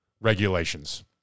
regulations